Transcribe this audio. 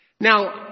Now